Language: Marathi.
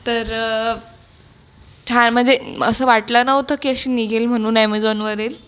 तर ठा म्हणजे असं वाटलं नव्हतं की अशी निघेल म्हणून ॲमेझॉनवरील